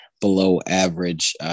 below-average